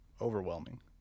overwhelming